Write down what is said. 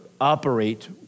operate